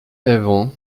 even